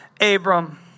Abram